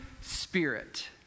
spirit